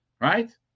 right